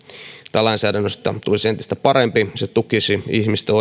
tai lainsäädännöstä tulisi entistä parempi se tukisi ihmisten